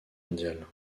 mondiale